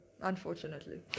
unfortunately